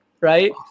right